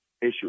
issue